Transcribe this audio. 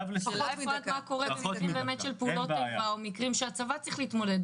השאלה היא מה קורה במקרים שהצבא צריך להתמודד,